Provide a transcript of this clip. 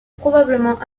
probablement